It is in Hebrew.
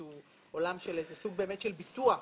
שהוא סוג של ביטוח